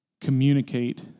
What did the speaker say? communicate